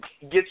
Get